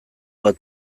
bat